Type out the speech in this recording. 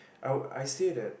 I would I said that